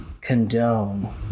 condone